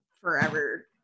forever